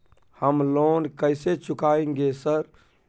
हम लोन कैसे चुकाएंगे सर?